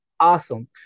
Awesome